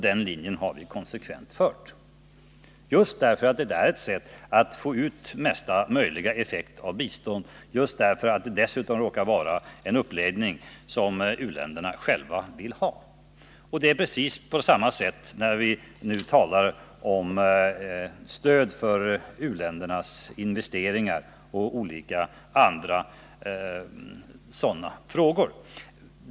Den linjen har vi konsekvent följt, eftersom det är ett sätt att få ut mesta möjliga effekt av biståndet och eftersom det dessutom råkar vara en uppläggning som u-länderna själva vill ha. Det är precis på samma sätt när vi nu talar om stöd till u-ländernas investeringar och andra sådana frågor.